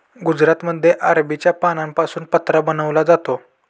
गुजरातमध्ये अरबीच्या पानांपासून पत्रा बनवला जातो